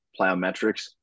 plyometrics